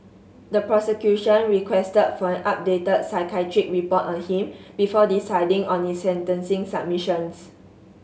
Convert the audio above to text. the prosecution requested for an updated psychiatric report on him before deciding on its sentencing submissions